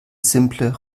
simple